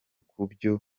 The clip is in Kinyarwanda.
kubyo